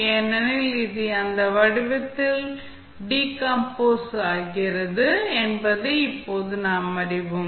ஏனெனில் அது இந்த வடிவத்தில் டீகம்போஸ் ஆகிறது என்பதை இப்போது நாம் அறிவோம்